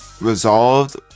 resolved